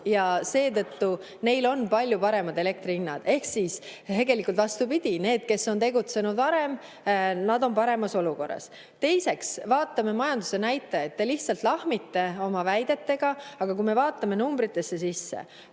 ja seetõttu neil on palju paremad elektrihinnad. Ehk siis vastupidi, need, kes on tegutsenud varem, on paremas olukorras. Teiseks, vaatame majandusnäitajaid. Te lihtsalt lahmite oma väidetega, aga kui me vaatame numbritesse sisse,